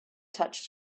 touched